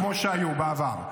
כמו שהיה בעבר,